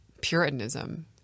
Puritanism